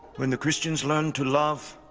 when the christians learn to love,